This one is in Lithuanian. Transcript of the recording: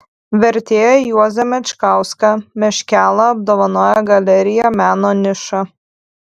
vertėją juozą mečkauską meškelą apdovanojo galerija meno niša